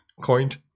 coined